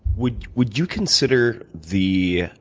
would would you consider the